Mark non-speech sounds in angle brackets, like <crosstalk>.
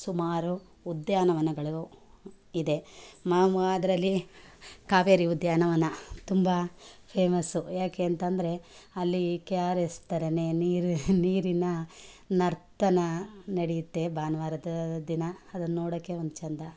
ಸುಮಾರು ಉದ್ಯಾನವನಗಳು ಇದೆ <unintelligible> ಅದರಲ್ಲಿ ಕಾವೇರಿ ಉದ್ಯಾನವನ ತುಂಬ ಫೇಮಸ್ಸು ಏಕೆ ಅಂತ ಅಂದ್ರೆ ಅಲ್ಲಿ ಕೆ ಆರ್ ಎಸ್ ಥರನೆ ನೀರು ನೀರಿನ ನರ್ತನ ನಡೆಯತ್ತೆ ಭಾನುವಾರದ ದಿನ ಅದನ್ನ ನೋಡೋಕೆ ಒಂದು ಚೆಂದ